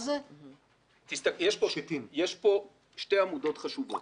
יש כאן שתי עמודות חשובות.